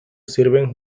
sirven